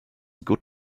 good